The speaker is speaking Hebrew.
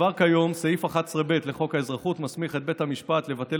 כבר כיום סעיף 11(ב) לחוק האזרחות מסמיך את בית המשפט לבטל